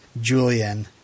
Julian